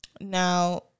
Now